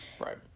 right